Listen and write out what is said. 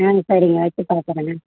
ஆ சரிங்க வச்சு பார்க்கறேங்க